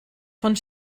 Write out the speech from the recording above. von